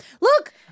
Look